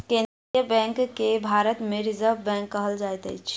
केन्द्रीय बैंक के भारत मे रिजर्व बैंक कहल जाइत अछि